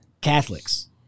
Catholics